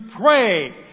pray